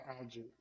algae